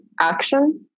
action